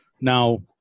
now